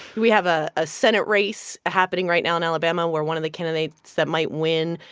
we have a ah senate race happening right now in alabama, where one of the candidates that might win,